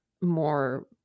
more